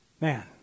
Man